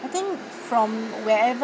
I think from wherever